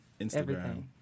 Instagram